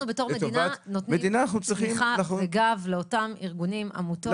מה אנחנו בתור מדינה נותנים כתמיכה וגב לאותם ארגונים ועמותות.